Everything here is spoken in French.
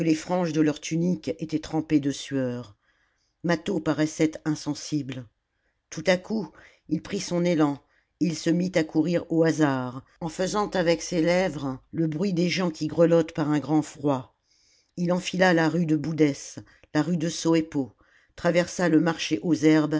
franges de leur tunique étaient trempées de sueur jvlâtho paraissait insensible tout à coup il prit son élan et il se mit à courir au hasard en faisant avec ses lèvres le bruit des gens qui grelottent par un grand froid h enfila la rue de boudes la rue de sœpo traversa le marché aux herbes